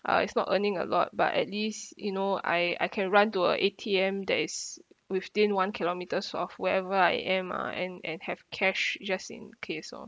uh it's not earning a lot but at least you know I I can run to a A_T_M that is within one kilometres of wherever I am ah and and have cash just in case lor